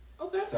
Okay